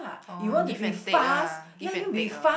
oh give and take lah give and take lor